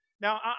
Now